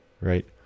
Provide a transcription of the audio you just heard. right